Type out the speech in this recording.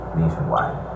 nationwide